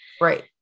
Right